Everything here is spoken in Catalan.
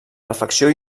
reflexió